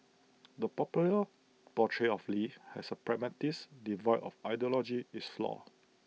the popular portrayal of lee as A pragmatist devoid of ideology is flawed